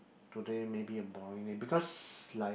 today maybe a boring day because like